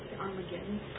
Armageddon